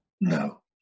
No